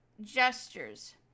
gestures